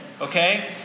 Okay